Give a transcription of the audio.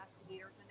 Investigators